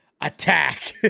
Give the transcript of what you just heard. Attack